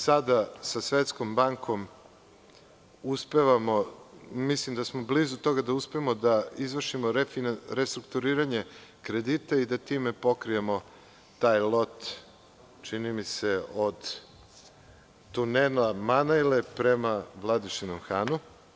Sada sa Svetskom bankom uspevamo, mislim da smo blizu toga da uspemo da izvršimo restrukturiranje kredita i da time pokrijemo taj lot, čini mi se, od tunela Manejle prema Vladičinom Hanu.